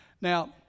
Now